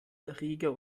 erreger